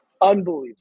unbelievable